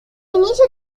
inicio